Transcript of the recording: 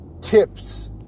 tips